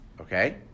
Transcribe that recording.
Okay